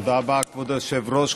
תודה רבה, כבוד היושב-ראש.